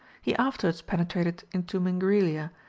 he afterwards penetrated into mingrelia,